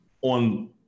on